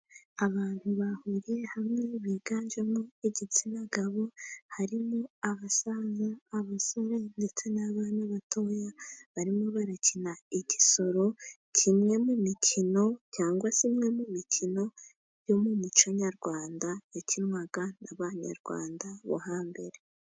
Abantu bahuriye hamwe biganjemo igitsina gabo. Harimo abasaza, abasore ndetse n'abana batoya. Barimo barakina igisoro, kimwe mu mikino cyangwa imwe mu mikino yo mu muco nyarwanda, yakinwaga n'Abanyarwanda bo hambere.